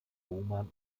bowman